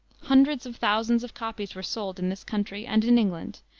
hundreds of thousands of copies were sold in this country and in england,